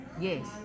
Yes